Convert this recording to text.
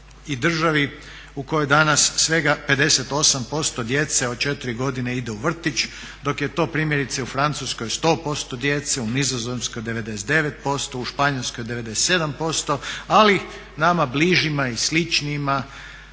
i državi u kojoj danas svega 58% djece od 4 godine ide vrtić, dok je to primjerice u Francuskoj 100% djece, u Nizozemskoj 99%, u Španjolskoj 97% ali nama bližima i sličnijima